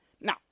Now